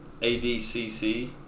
ADCC